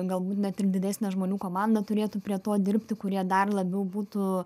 galbūt net ir didesnė žmonių komanda turėtų prie to dirbti kurie dar labiau būtų